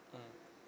mmhmm